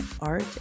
art